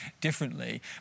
differently